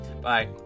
bye